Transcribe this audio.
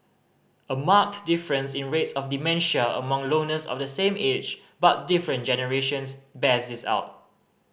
a marked difference in rates of dementia among loners of the same age but different generations bears this out